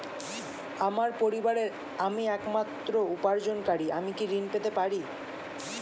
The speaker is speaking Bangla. আমার পরিবারের আমি একমাত্র উপার্জনকারী আমি কি ঋণ পেতে পারি?